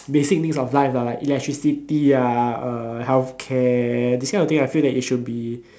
basic needs of life lah like electricity ah uh healthcare this kind of thing I feel that it should be